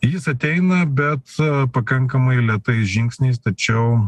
jis ateina bet pakankamai lėtais žingsniais tačiau